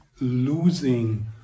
losing